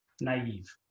naive